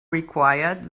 required